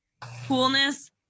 Coolness